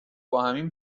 باهمیم